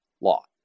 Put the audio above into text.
law